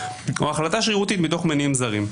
או החלטה שרירותית מתוך מניעים זרים.